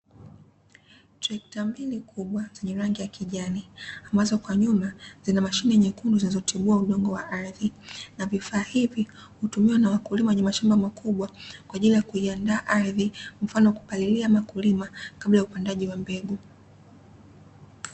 Trekta mbili kubwa zenye rangi ya kijani ambazo kwa nyuma zinamashine nyekundu zinazotibua udongo wa ardhi na vifaa hivi hutumiwa na wakulima wenye mashamba makubwa kwa ajili ya kuiandaa ardhi mfano kupalilia ama kulima kabla ya upandaji wa mbegu.